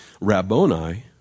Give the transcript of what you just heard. Rabboni